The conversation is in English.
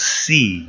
see